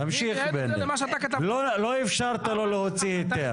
תמשיך בני, לא אפשרת לו להוציא היתר.